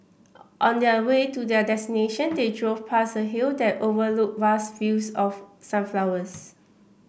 on their way to their destination they drove past a hill that overlooked vast fields of sunflowers